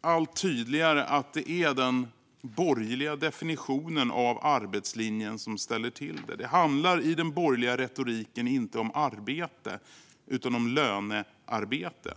allt tydligare, fru talman, att det är den borgerliga definitionen av arbetslinjen som ställer till det. Det handlar i den borgerliga retoriken inte om arbete utan om lönearbete.